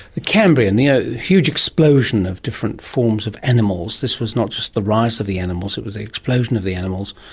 the cambrian, the ah huge explosion of different forms of animals, this was not just the rise of the animals it was the explosion of the animals.